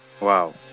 Wow